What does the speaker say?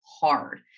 hard